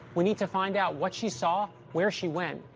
we need to find out what she saw, where she went,